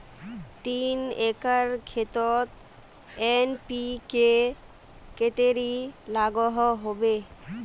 तीन एकर खेतोत एन.पी.के कतेरी लागोहो होबे?